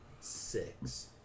six